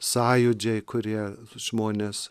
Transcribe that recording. sąjūdžiai kurie žmones